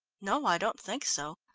no, i don't think so.